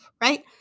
right